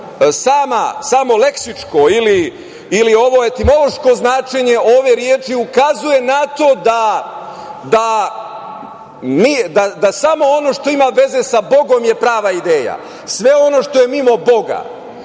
samo leksičko ili ovo etimološko značenje ove reči ukazuje na to da samo ono što ima veze sa Bogom je prava ideja. Sve ono što je mimo Boga,